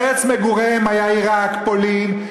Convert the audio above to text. ארץ מגוריהם הייתה עיראק או פולין,